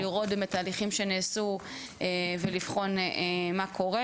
לראות באמת תהליכים שנעשו ולבחון מה קורה,